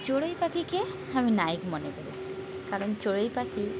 চড়ুই পাখিকে আমি নায়ক মনে করি কারণ চড়ুই পাখি